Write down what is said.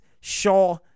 Shaw